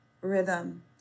rhythm